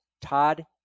Todd